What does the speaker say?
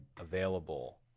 available